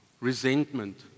resentment